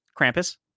Krampus